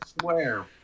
swear